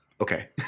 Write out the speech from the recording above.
okay